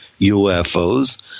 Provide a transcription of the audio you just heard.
UFOs